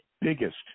biggest